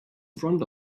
front